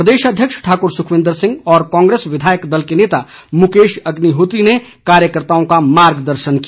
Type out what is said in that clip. प्रदेश अध्यक्ष ठाकुर सुखविंदर सिंह और कांग्रेस विधायक दल के नेता मुकेश अग्निहोत्री ने कार्यकर्ताओं का मार्ग दर्शन किया